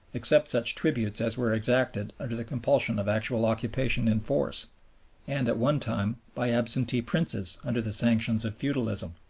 except such tributes as were exacted under the compulsion of actual occupation in force and, at one time, by absentee princes under the sanctions of feudalism.